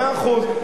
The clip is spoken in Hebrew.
מאה אחוז.